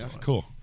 Cool